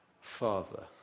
Father